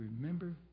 remember